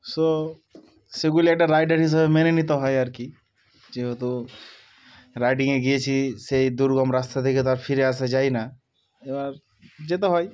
so সেগুলি একটা rider হিসাবে মেনে নিতে হয় আর কি যেহেতু রাইডিংয়ে গিয়েছি সেই দুর্গম রাস্তা থেকে তো আর ফিরে আসা যায় না এবার যেতে হয়